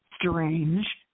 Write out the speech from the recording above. Strange